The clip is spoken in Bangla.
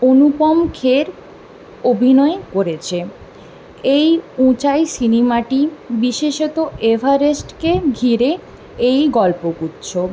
অনুপম খের অভিনয় করেছে এই উঁচাই সিনেমাটি বিশেষত এভারেস্টকে ঘিরে এই গল্পগুচ্ছ